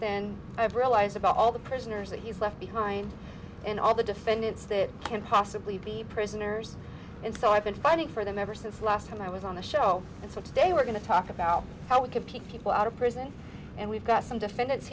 then i've realized about all the prisoners that he's left behind and all the defendants that can't possibly be prisoners and so i've been fighting for them ever since last time i was on the show and so today we're going to talk about how we can pick people out of prison and we've got some defendants